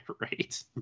Right